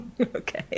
Okay